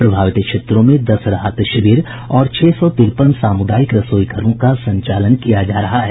प्रभावित क्षेत्रों में दस राहत शिविर और छह सौ तिरपन सामुदायिक रसोई घरों का संचालन किया जा रहा है